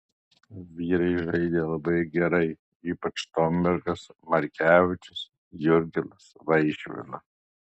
vyrai žaidė labai gerai ypač štombergas markevičius jurgilas vaišvila